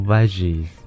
Veggies